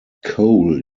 cole